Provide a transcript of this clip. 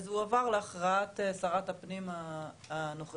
וזה הועבר להכרעת שרת הפנים הנוכחית.